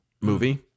movie